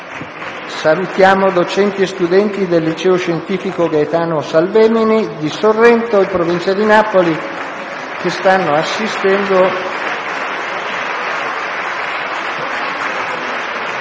i docenti e gli studenti del Liceo scientifico «Gaetano Salvemini» di Sorrento, in provincia di Napoli, che stanno assistendo